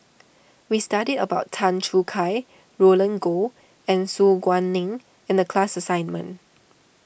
we studied about Tan Choo Kai Roland Goh and Su Guaning in the class assignment